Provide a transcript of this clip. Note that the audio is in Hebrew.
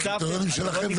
בקריטריונים שלכם,